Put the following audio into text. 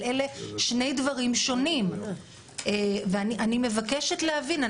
אבל אלה שני דברים שונים ואני מבקשת להבין.